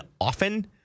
often